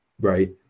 Right